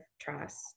trust